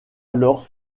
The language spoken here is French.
alors